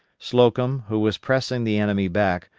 slocum, who was pressing the enemy back,